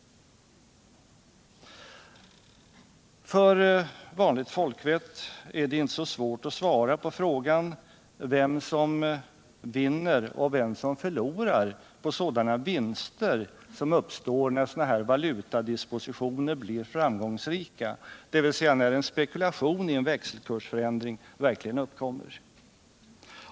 För vanligt folk är det inte så svårt att svara på frågan vem som vinner och vem som förlorar när sådana valutadispositioner blir framgångsrika, dvs. när en spekulation i en växelkursförändring verkligen uppkommer.